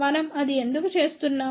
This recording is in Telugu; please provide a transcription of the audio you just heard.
మనం అది ఎందుకు చేస్తున్నాం